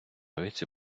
віці